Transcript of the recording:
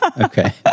Okay